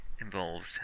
involved